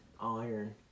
iron